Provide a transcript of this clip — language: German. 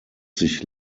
sich